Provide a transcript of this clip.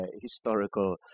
historical